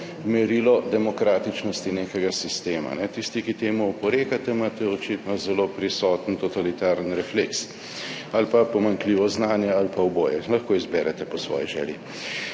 merilo demokratičnosti nekega sistema. Tisti, ki temu oporekate, imate očitno zelo prisoten totalitarni refleks ali pa pomanjkljivo znanje ali pa oboje, lahko izberete po svoji želji.